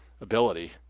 ability